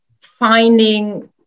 finding